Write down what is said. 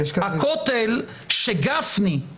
הכותל שגפני, ליצמן,